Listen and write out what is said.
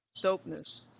dopeness